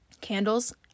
candles